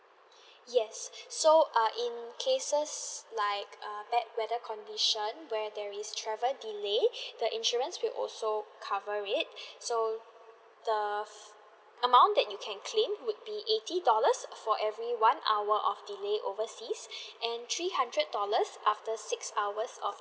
yes so err in cases like err bad weather condition where there is travel delay the insurance will also cover it so the amount that you can claim would be eighty dollars for every one hour of delay overseas and three hundred dollars after six hours of